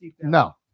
No